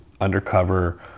undercover